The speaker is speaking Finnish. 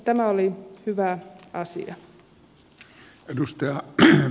tämä oli hyvä asia